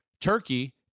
Turkey